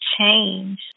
change